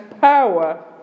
power